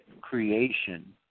creation